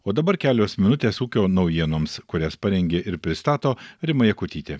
o dabar kelios minutės ūkio naujienoms kurias parengė ir pristato rima jakutytė